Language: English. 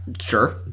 Sure